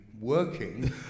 working